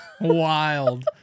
wild